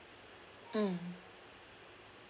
mm